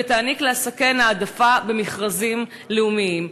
ותעניק לעסקיהן העדפה במכרזים לאומיים.